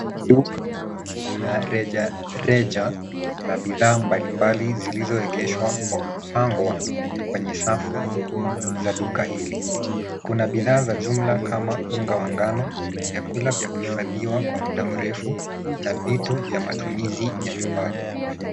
Duka la rejareja na bidhaa zilizoegeshwa kwa kupagwa kwenye safu za duka hili kuna bidhaa za jumla kama uga wa ngano, vyakula vya kuhifadhiwa kwa muda mrefu na vitu vya matumizi ya nyumbani.